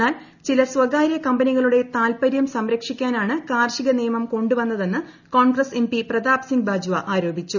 എന്നാൽ ചില സ്വകാര്യകമ്പനികളുടെ താല്പര്യം സംരക്ഷിക്കാനാണ് കാർഷിക നിയമം കൊണ്ടുവന്നതെന്ന് കോൺഗ്രസ് എംപി പ്രതാപ് സിങ് ബജ്വ ആരോപിച്ചു